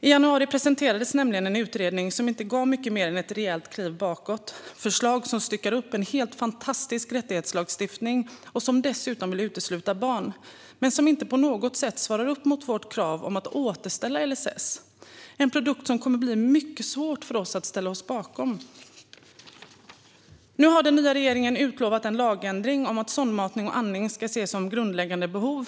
I januari presenterades nämligen en utredning som inte gav mycket mer än ett rejält kliv bakåt, med förslag som styckar upp en helt fantastisk rättighetslagstiftning och dessutom vill utesluta barn men som inte på något sätt svarar upp mot vårt krav om att återställa LSS. Det är en produkt som det kommer att bli mycket svårt för oss att ställa oss bakom. Nu har den nya regeringen utlovat en lagändring innebärande att sondmatning och andning ska ses som grundläggande behov.